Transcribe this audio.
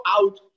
out